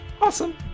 awesome